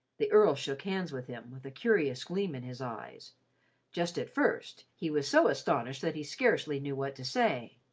the earl shook hands with him, with a curious gleam in his eyes just at first, he was so astonished that he scarcely knew what to say.